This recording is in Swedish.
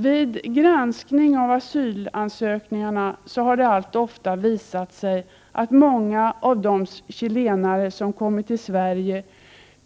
Vid granskning av asylansökningarna har det allt oftare visat sig att många av de chilenare som kommer till Sverige